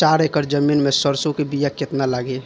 चार एकड़ जमीन में सरसों के बीया कितना लागी?